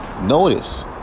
notice